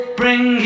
bring